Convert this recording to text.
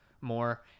more